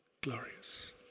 Glorious